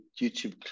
YouTube